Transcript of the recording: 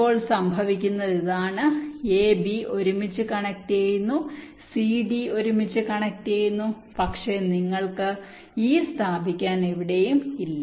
ഇപ്പോൾ സംഭവിക്കുന്നത് ഇതാണ് എ ബി ഒരുമിച്ച് കണക്റ്റുചെയ്യുന്നു സി ഡി ഒരുമിച്ച് ബന്ധിപ്പിക്കുന്നു പക്ഷേ നിങ്ങൾക്ക് ഇ സ്ഥാപിക്കാൻ എവിടെയും ഇല്ല